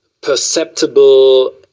perceptible